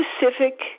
specific